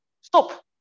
Stop